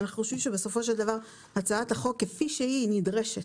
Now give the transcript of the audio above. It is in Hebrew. אנחנו חושבים שבסופו של דבר הצעת החוק כפי שהיא היא נדרשת.